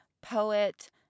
poet